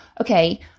okay